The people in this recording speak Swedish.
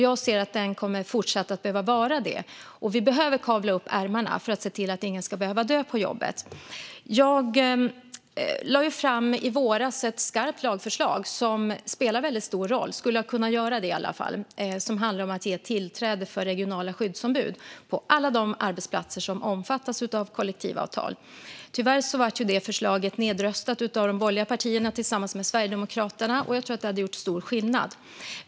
Jag ser att den kommer att fortsatt behöva vara det. Vi behöver kavla upp ärmarna för att se till att ingen ska behöva dö på jobbet. Jag lade i våras fram ett skarpt lagförslag som skulle kunna spela en väldigt stor roll. Det handlar om att ge tillträde för regionala skyddsombud på alla de arbetsplatser som omfattas av kollektivavtal. Tyvärr blev det förslaget nedröstat av de borgerliga partierna tillsammans med Sverigedemokraterna. Jag tror att det hade gjort stor skillnad.